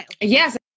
Yes